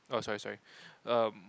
oh sorry sorry erm